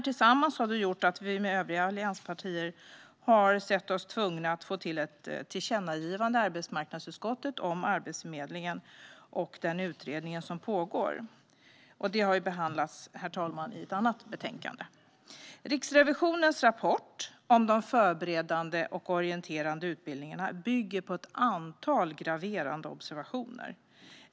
Detta har gjort att vi tillsammans med övriga allianspartier sett oss tvungna att få till ett tillkännagivande i arbetsmarknadsutskottet om Arbetsförmedlingen och den utredning som pågår, vilket har behandlats i ett annat betänkande. Riksrevisionens rapport om de förberedande och orienterande utbildningarna bygger på ett antal graverande observationer.